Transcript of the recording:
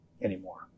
anymore